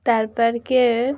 তার পরে